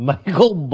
Michael